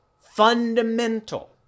fundamental